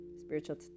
spiritual